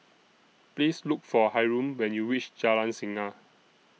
Please Look For Hyrum when YOU REACH Jalan Singa